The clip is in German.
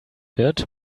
wird